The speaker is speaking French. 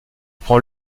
prend